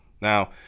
Now